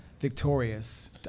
victorious